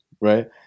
right